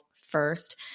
first